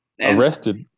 arrested